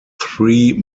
three